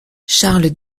charles